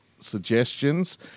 suggestions